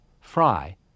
Fry